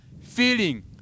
feeling